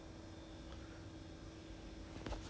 but that time when I did the S_A_P recurrent